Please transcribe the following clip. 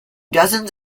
dozens